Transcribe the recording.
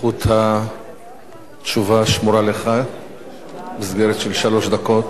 זכות התשובה שמורה לך במסגרת של שלוש דקות,